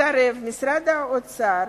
מסרב משרד האוצר